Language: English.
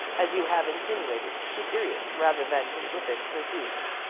as you have insinuated, to serious rather than to flippant pursuits.